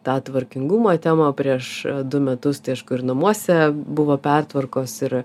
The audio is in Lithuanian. tą tvarkingumo temą prieš du metus tai aišku ir namuose buvo pertvarkos ir